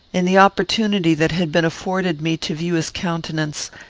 in the opportunity that had been afforded me to view his countenance,